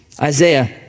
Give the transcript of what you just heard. Isaiah